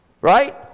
right